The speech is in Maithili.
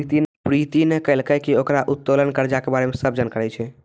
प्रीति ने कहलकै की ओकरा उत्तोलन कर्जा के बारे मे सब जानकारी छै